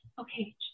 okay